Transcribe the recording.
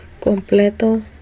completo